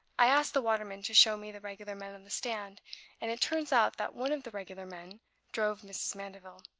i asked the waterman to show me the regular men on the stand and it turns out that one of the regular men drove mrs. mandeville.